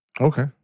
Okay